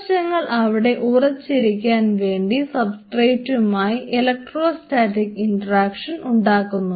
കോശങ്ങൾ അവിടെ ഉറച്ച് ഇരിക്കാൻ വേണ്ടി സബ്സ്ട്രേറ്റുമായി ഇലക്ട്രോസ്റ്റാറ്റിക് ഇൻട്രാക്ഷൻ ഉണ്ടാക്കുന്നു